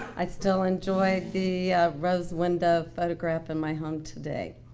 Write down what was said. i still enjoy the rose linda photograph in my home today.